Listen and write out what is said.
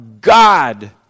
God